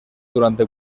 durante